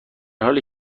حالی